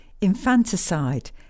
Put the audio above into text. infanticide